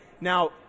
Now